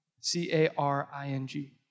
C-A-R-I-N-G